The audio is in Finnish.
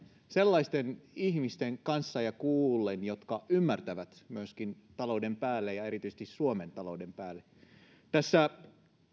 sellaisten ihmisten kanssa ja kuullen jotka ymmärtävät myöskin talouden päälle ja erityisesti suomen talouden päälle